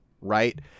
right